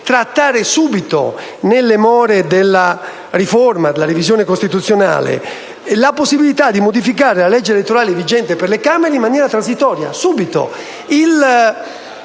trattare subito, nelle more della revisione costituzionale, la possibilità di modificare la legge elettorale vigente per le Camere in maniera transitoria: subito.